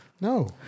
No